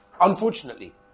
Unfortunately